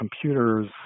computers